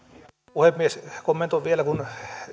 puhemies kommentoin vielä kun